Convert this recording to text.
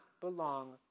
belong